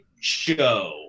show